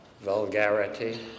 vulgarity